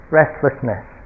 restlessness